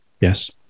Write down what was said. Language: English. yes